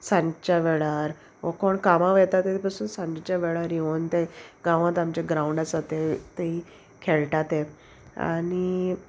सांजच्या वेळार वो कोण कामां वेता ते पसून सांजच्या वेळार येवन ते गांवांत आमचे ग्रावंड आसा ते थंयी खेळटा ते आनी